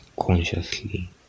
consciously